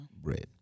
Bread